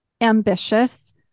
ambitious